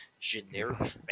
generic